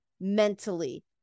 mentally